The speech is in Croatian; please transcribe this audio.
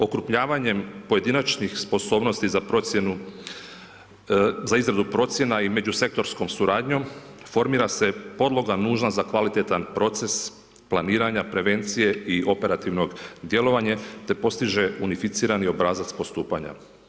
Okrupljavanjem pojedinačnih sposobnosti za procjenu, za izradu procjena i međusektorskom suradnjom, formira se podloga nužna za kvalitetan proces planiranja, prevencije i operativnog djelovanje, te postiže unificirani obrazac postupanja.